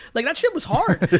like that shit was hard.